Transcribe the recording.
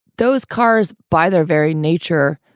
those cars, by their very nature,